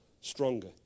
stronger